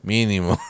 Mínimo